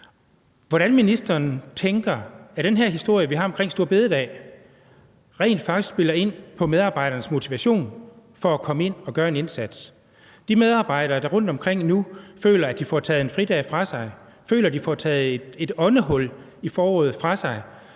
hvordan den her historie omkring store bededag rent faktisk spiller ind på medarbejdernes motivation for at komme ind og gøre en indsats, altså de medarbejdere, der rundtomkring nu føler, at de får taget en fridag fra sig, og at de får taget et åndehul om foråret fra sig.